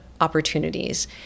opportunities